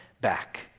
back